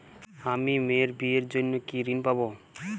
আমি মেয়ের বিয়ের জন্য কি ঋণ পাবো?